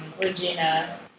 Regina